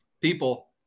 people